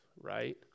Right